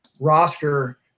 roster